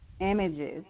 images